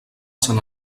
sant